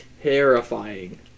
terrifying